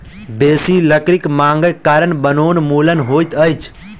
बेसी लकड़ी मांगक कारणें वनोन्मूलन होइत अछि